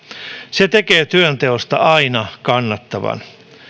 se tekee työnteosta aina kannattavan